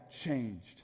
changed